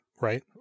right